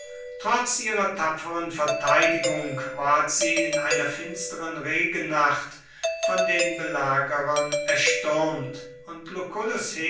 trotz ihrer tapferen verteidigung ward sie in einer finsteren regennacht von den belagerern erstürmt und